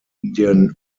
indian